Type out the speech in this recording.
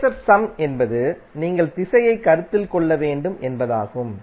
phasor sum என்பது நீங்கள் திசையை கருத்தில் கொள்ள வேண்டும் என்பதாகும்